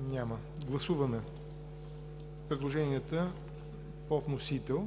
Няма. Гласуваме предложенията по вносител